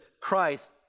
Christ